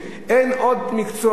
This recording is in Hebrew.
אין עוד מקצוע,